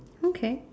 okay